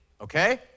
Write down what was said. okay